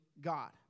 God